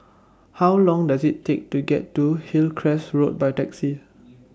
How Long Does IT Take to get to Hillcrest Road By Taxi